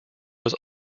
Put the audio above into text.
was